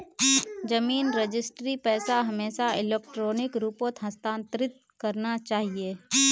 जमीन रजिस्ट्रीर पैसा हमेशा इलेक्ट्रॉनिक रूपत हस्तांतरित करना चाहिए